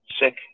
sick